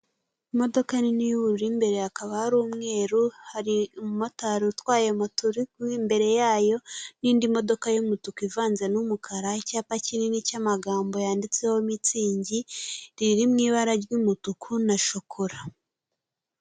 Imodoka nini y'ubururu imbere hakaba ari umweru. Hari umumotari utwaye moto uri imbere yayo, n'indi modoka y'umutuku ivanze n'umukara. Icyapa kinini cy'amagambo yanditseho mitsingi riri mu ibara ry'umutuku na shokora.